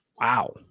Wow